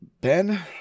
Ben